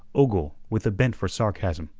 ogle, with a bent for sarcasm,